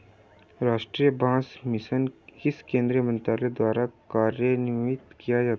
राष्ट्रीय बांस मिशन किस केंद्रीय मंत्रालय द्वारा कार्यान्वित किया जाता है?